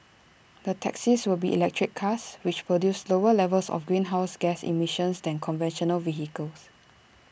the taxis will be electric cars which produce lower levels of greenhouse gas emissions than conventional vehicles